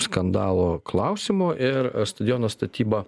skandalo klausimo ir stadiono statybą